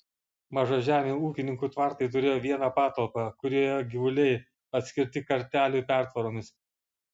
mažažemių ūkininkų tvartai turėjo vieną patalpą kurioje gyvuliai atskirti kartelių pertvaromis